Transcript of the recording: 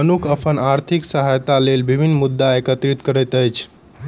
मनुख अपन आर्थिक सहायताक लेल विभिन्न मुद्रा एकत्रित करैत अछि